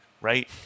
right